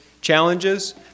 challenges